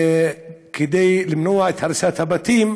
כדי למנוע הריסת בתים